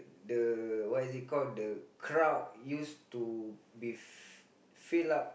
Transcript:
the what is it called the crowd used to be filled up